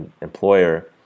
employer